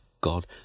God